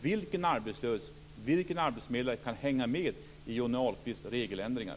Vilken arbetslös och vilken arbetsförmedlare kan hänga med i Johnny Ahlqvists regeländringar?